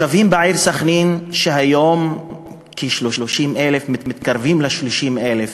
מספר התושבים בעיר סח'נין היום מתקרב ל-30,000.